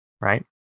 right